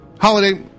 holiday